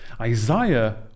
Isaiah